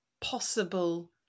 possible